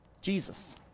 Jesus